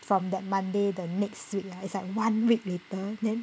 from that monday the next week it's like one week later then